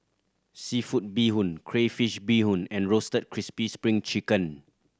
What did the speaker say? seafood bee hoon crayfish beehoon and Roasted Crispy Spring Chicken